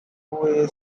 way